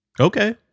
Okay